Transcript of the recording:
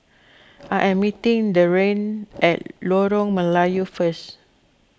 I am meeting Deane at Lorong Melayu first